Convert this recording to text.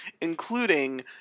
including